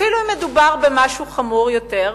אפילו אם מדובר במשהו חמור יותר,